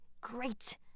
great